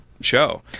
show